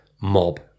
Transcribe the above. mob